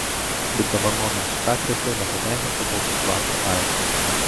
lipdama nuo minkštakrėslio nepatenkintu balsu klausia aiva